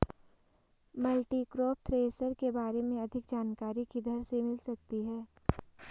Multicrop thresher के बारे में अधिक जानकारी किधर से मिल सकती है?